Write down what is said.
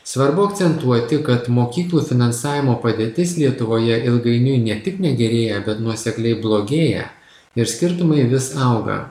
svarbu akcentuoti kad mokyklų finansavimo padėtis lietuvoje ilgainiui ne tik negerėja bet nuosekliai blogėja ir skirtumai vis auga